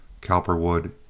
Cowperwood